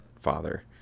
father